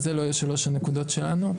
אלו שלוש הנקודות שלנו.